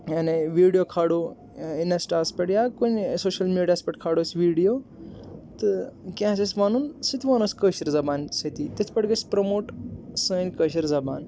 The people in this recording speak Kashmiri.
ویٖڈیو کھالو اِنَسٹاہَس پٮ۪ٹھ یا کُنہِ سوشل میٖڈیاہَس پٮ۪ٹھ کھالو أسۍ ویٖڈیو تہٕ کینٛہہ آسہِ اسہِ وَنُن سُہ تہِ وَنو أسۍ کٲشِرۍ زَبانۍ سۭتی تِتھ پٲٹھۍ گَژھِ پرٛوموٹ سٲنۍ کٲشِر زَبان